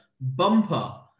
bumper